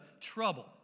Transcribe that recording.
trouble